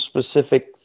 specific